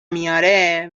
میاره